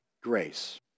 grace